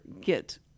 get